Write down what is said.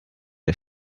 ihr